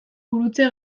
gurutze